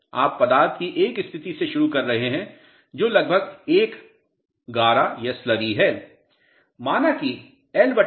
आप पदार्थ की एक स्थिति से शुरू कर रहे हैं जो लगभग एक गारा स्लरी है